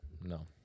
no